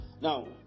now